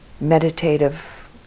meditative